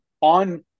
on